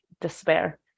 despair